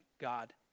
God